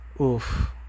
Oof